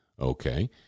Okay